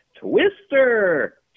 Twister